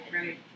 right